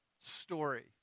story